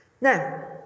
Now